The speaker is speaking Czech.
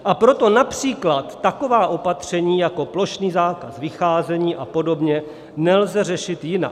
A proto například taková opatření, jako plošný zákaz vycházení a podobně, nelze řešit jinak.